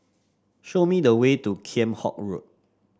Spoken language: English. show me the way to Kheam Hock Road